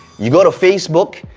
you go to facebook,